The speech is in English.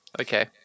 Okay